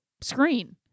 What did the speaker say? screen